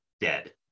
dead